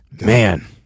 Man